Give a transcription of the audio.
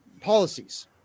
policies